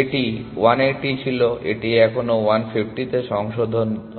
এটি 180 ছিল এটি কখনও 150 এ সংশোধিত হয়নি